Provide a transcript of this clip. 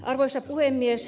arvoisa puhemies